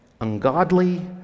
Ungodly